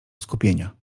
skupienia